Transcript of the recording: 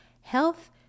Health